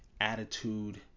attitude